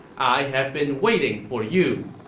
i have been waiting for you!